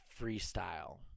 Freestyle